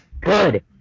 Good